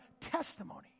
testimony